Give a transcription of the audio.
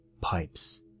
pipes